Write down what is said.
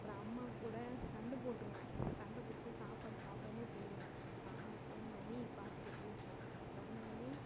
அப்புறம் அம்மா கூட சண்டை போட்டிருவேன் சண்ட போட்டுவிட்டு சாப்பாடு சாப்பிடாமையே போய்விடுவேன் அப்போ அம்மா ஃபோன் பண்ணி பாட்டிகிட்ட சொல்லுவாங்க சொன்னவொடனே